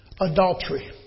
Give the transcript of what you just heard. adultery